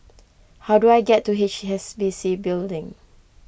how do I get to H S B C Building